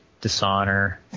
Dishonor